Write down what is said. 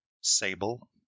Sable